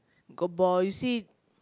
got ball you see